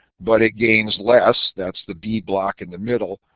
but it gains less, that's the b block in the middle.